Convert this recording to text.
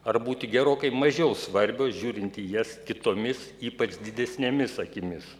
ar būti gerokai mažiau svarbios žiūrint į jas kitomis ypač didesnėmis akimis